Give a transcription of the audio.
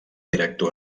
director